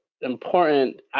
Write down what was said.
important